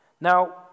Now